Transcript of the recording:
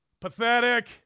pathetic